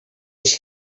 was